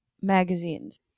magazines